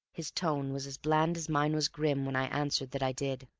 his tone was as bland as mine was grim when i answered that i did.